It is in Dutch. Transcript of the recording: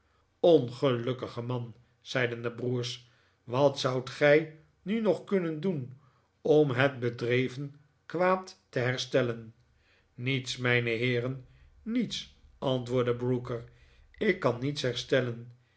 ongelukkige man zeiden de broers wat zoudt gij nu nog kunnen doen om het bedreven kwaad te herstellen niets mijne heeren niets antwoordde brooker ik kan niets herstellen